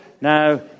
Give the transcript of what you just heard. Now